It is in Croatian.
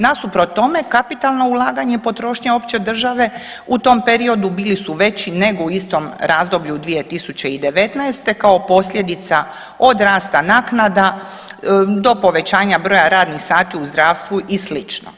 Nasuprot tome kapitalna ulaganja i potrošnja opće države u tom periodu bili su veći nego u istom razdoblju 2019. kao posljedica od rasta naknada do povećanja broja radnih sati u zdravstvu i sl.